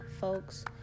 folks